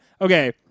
Okay